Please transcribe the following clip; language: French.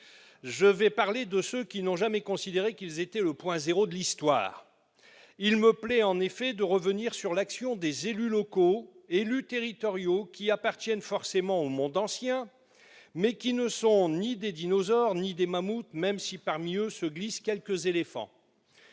je vais parler de ceux qui n'ont jamais considéré qu'ils étaient le point zéro de l'Histoire ... Il me plaît donc de revenir sur l'action des élus locaux et territoriaux, qui appartiennent forcément au monde ancien, mais qui ne sont ni des dinosaures ni des mammouths, même si parmi eux se glissent quelques éléphants.